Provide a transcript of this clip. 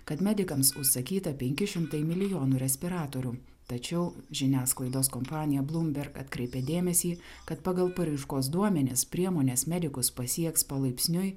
kad medikams užsakyta penki šimtai milijonų respiratorių tačiau žiniasklaidos kompanija bloomberg atkreipė dėmesį kad pagal paraiškos duomenis priemonės medikus pasieks palaipsniui